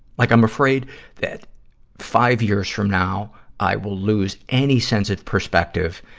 like i'm afraid that five years from now, i will lose any sense of perspective,